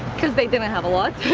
cause they didn't have a lot.